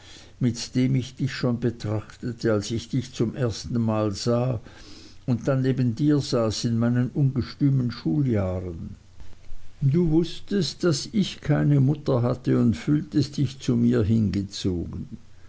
mit dem ich dich schon betrachtete als ich dich das erste mal sah und dann neben dir saß in meinen ungestümen schuljahren du wußtest daß ich keine mutter hatte und fühltest dich zu mir hingezogen